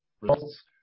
results